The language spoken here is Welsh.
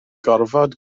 gorfod